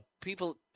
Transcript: people